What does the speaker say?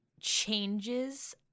Changes